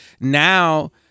now